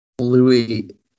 Louis